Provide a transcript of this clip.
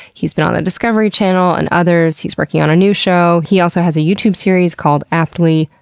he's been on the discovery channel and others, he's working on a new show. he also has youtube series called, aptly,